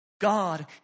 God